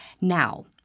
Now